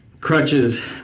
crutches